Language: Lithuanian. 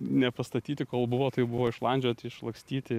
nepastatyti kol buvo tai buvo išlandžioti išlakstyti